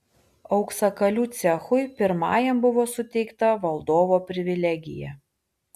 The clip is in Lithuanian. auksakalių cechui pirmajam buvo suteikta valdovo privilegija